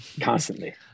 constantly